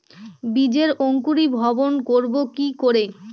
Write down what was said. বীজের অঙ্কুরিভবন করব কি করে?